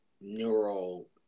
neural